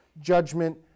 judgment